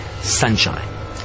Sunshine